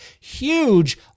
huge